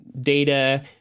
data